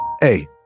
hey